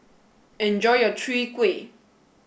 enjoy your Chwee Kueh